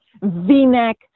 V-neck